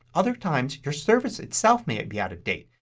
other times your service itself may be out of date.